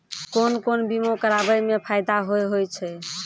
कोन कोन बीमा कराबै मे फायदा होय होय छै?